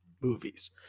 movies